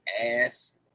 ass